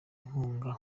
inkunga